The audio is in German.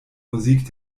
musik